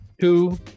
Two